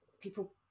people